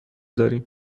داریم